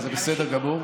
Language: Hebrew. זה בסדר גמור.